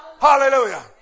Hallelujah